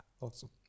Awesome